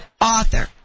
author